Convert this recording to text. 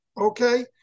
okay